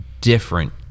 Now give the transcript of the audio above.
different